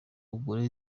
ugure